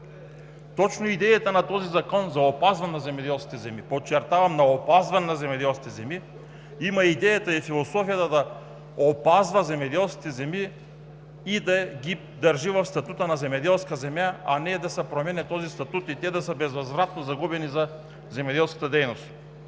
Точно идеята на този закон за опазване на земеделските земи, подчертавам – за опазване на земеделските земи, има идеята и философията да опазва земеделските земи и да ги държи в статута на земеделска земя, а не да се променя този статут и те да са безвъзвратно загубени за земеделската дейност.